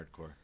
hardcore